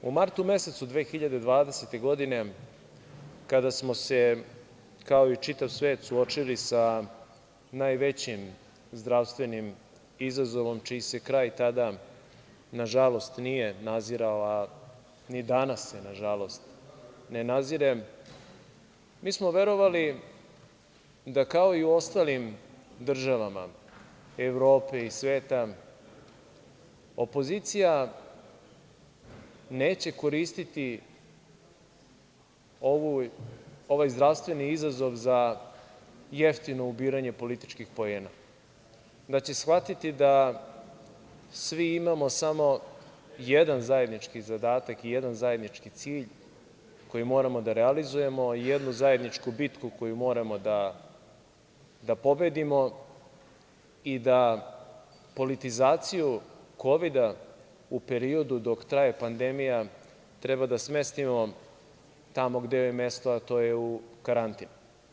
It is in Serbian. U martu mesecu 2020. godine, kada smo se, kao i čitav svet, suočili sa najvećim zdravstvenim izazovom, čiji se kraj tada, nažalost, nije nazirao, a ni danas se, nažalost, ne nazire, mi smo verovali, kao i u ostalim državama Evrope i sveta, opozicija neće koristiti ovaj zdravstveni izazov za jeftino ubiranje političkih poena, da će shvatiti da svi imamo samo jedan zajednički zadatak i jedan zajednički cilj koji moramo da realizujemo i jednu zajedničku bitku koju moramo da pobedimo i da politizaciju kovida u periodu dok traje pandemija treba da smestimo tamo gde joj je mesto, a to je u karantin.